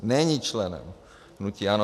Není členem hnutí ANO.